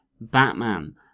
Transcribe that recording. Batman